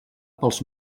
pels